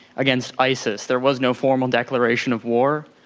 against isis, there was no formal declaration of war,